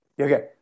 Okay